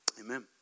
Amen